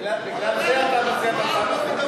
גם אתה לא מדבר בהיגיון.